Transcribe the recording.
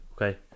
okay